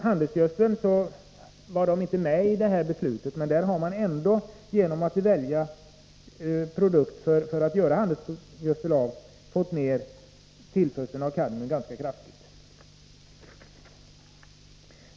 Handelsgödsel omfattades inte av det nämnda beslutet, men genom att välja andra produkter för framställning av handelsgödsel har man ändå fått ner tillförseln av kadmium till naturen den vägen ganska kraftigt.